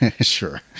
sure